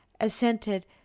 assented